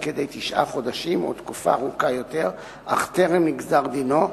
כדי תשעה חודשים או תקופה ארוכה יותר אך טרם נגזר דינו,